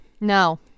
No